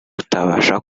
utabasha